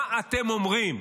מה אתם אומרים?